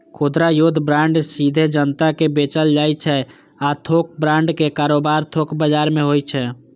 खुदरा युद्ध बांड सीधे जनता कें बेचल जाइ छै आ थोक बांड के कारोबार थोक बाजार मे होइ छै